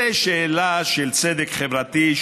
זו שאלה של צדק חברתי,